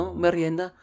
merienda